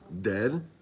dead